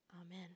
Amen